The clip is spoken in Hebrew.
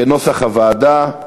כנוסח הוועדה.